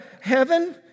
heaven